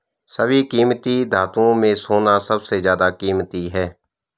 सभी कीमती धातुओं में सोना सबसे ज्यादा कीमती है